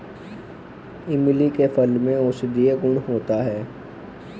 इमली के फल में औषधीय गुण होता है